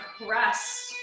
rest